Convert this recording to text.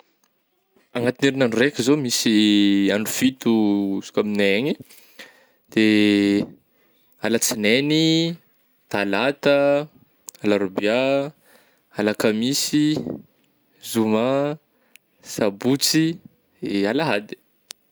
Agnatin'ny herinandro raiky zao misy andro fito izy ka amignay agny de: alatsinainy, talata, alarobià, alakamisy, zoma, sabotsy, alahady